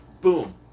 boom